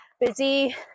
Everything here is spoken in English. busy